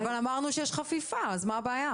אבל אמרנו שיש חפיפה, אז מה הבעיה?